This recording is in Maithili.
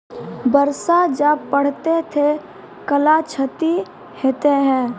बरसा जा पढ़ते थे कला क्षति हेतै है?